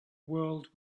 world